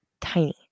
tiny